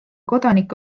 kodanik